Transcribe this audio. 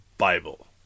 Bible